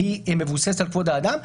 היא מבוססת על כבוד האדם,